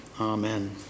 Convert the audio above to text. Amen